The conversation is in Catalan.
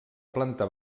planta